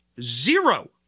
zero